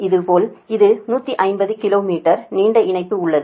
அதேபோல் இது 150 kilometre நீண்ட இணைப்பு உள்ளது